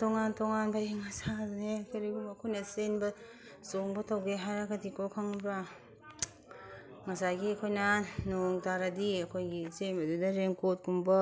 ꯇꯣꯉꯥꯟ ꯇꯣꯉꯥꯟꯕ ꯃꯁꯥꯟꯅꯁꯦ ꯀꯔꯤꯒꯨꯝꯕ ꯑꯩꯈꯣꯏꯅ ꯆꯦꯟꯕ ꯆꯣꯡꯕ ꯇꯧꯒꯦ ꯍꯥꯏꯔꯒꯗꯤꯀꯣ ꯈꯪꯕ꯭ꯔꯥ ꯉꯁꯥꯏꯒꯤ ꯑꯩꯈꯣꯏꯅ ꯅꯣꯡ ꯇꯥꯔꯗꯤ ꯑꯩꯈꯣꯏꯒꯤ ꯆꯦꯟꯕꯗꯨꯗ ꯔꯦꯟꯀꯣꯠꯀꯨꯝꯕ